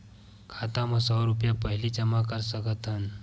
खाता मा सौ रुपिया पहिली जमा कर सकथन?